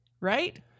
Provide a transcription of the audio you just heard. Right